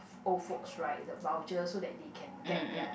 old folks right the voucher so that they can get their